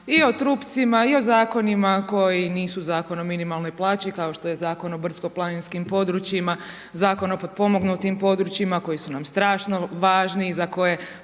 i o trupcima i o zakonima koji nisu Zakon o minimalnoj plaći kao što je Zakon o brdsko-planinskim područjima, Zakon o potpomognutim područjima koji su nam strašno važni i za koje